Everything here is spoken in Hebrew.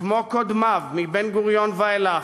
כמו קודמיו, מבן-גוריון ואילך,